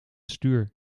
stuur